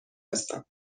هستم